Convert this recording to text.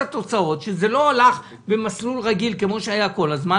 שזה לא הלך במסלול רגיל כמו שהיה כל הזמן.